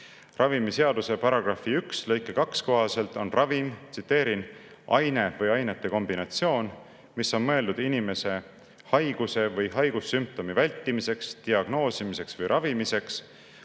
Ravimiseaduse § [2] lõike [1] kohaselt on ravim, tsiteerin: "[…] aine või ainete kombinatsioon, mis on mõeldud inimese haiguse või haigussümptomi vältimiseks, diagnoosimiseks või ravimiseks,